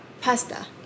Pasta